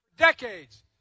Decades